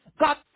God